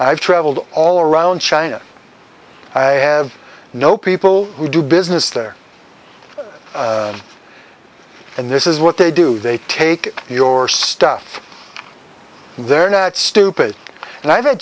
i've traveled all around china i have know people who do business there and this is what they do they take your stuff they're not stupid and i've